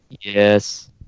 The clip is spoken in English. Yes